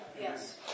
Yes